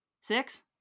six